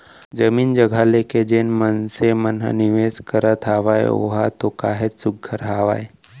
जमीन जघा लेके जेन मनसे मन ह निवेस करत हावय ओहा तो काहेच सुग्घर हावय